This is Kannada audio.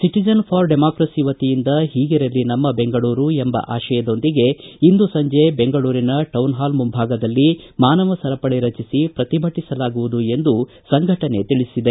ಸಿಟಿಜನ್ ಫಾರ್ ಡೆಮಾಕ್ರಸಿ ವತಿಯಿಂದ ಹೀಗಿರಲಿ ನಮ್ಮ ಬೆಂಗಳೂರು ಎಂಬಆಶಯದೊಂದಿಗೆ ಇಂದು ಸಂಜೆ ಬೆಂಗಳೂರಿನ ಟೌನ್ ಪಾಲ್ ಮುಂಭಾಗದಲ್ಲಿ ಮಾನವ ಸರಪಳಿ ರಚಿಸಿ ಪ್ರತಿಭಟಿಸಲಾಗುವುದು ಎಂದು ಸಂಘಟನೆ ತಿಳಿಸಿದೆ